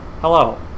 Hello